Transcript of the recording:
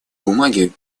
бумаги